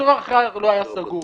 וצובר אחר לא היה סגור.